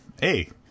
hey